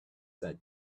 that